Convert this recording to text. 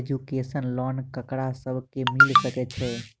Education loan ककरा सब केँ मिल सकैत छै?